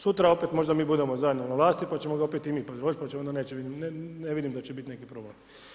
Sutra opet možda mi budemo zajedno na vlasti pa ćemo ga opet i mi predložiti pa onda neće biti, ne vidim da će biti nekih problema.